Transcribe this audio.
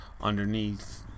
underneath